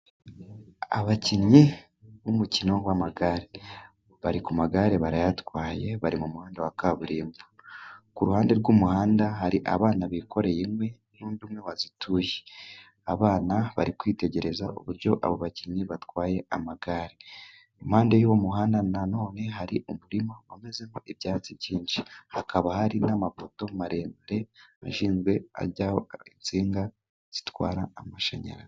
Abakinnyi b'umukino w'amagare bari ku magare barayatwaye bari mu muhanda wa kaburimbo, ku ruhande rw'umuhanda hari abana bikoreye inkwi n'undi umwe wazituye, abana bari kwitegereza uburyo abo bakinnyi batwaye amagare. Iruhande rw'uwo muhanda nanone, hari umurima wamezemo ibyatsi byinshi, hakaba hari n'amapoto maremare ashinzwe, ajyana insinga zitwara amashanyarazi.